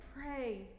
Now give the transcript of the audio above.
pray